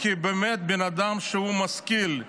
כי באמת בן אדם שהוא משכיל,